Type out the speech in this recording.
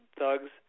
Thugs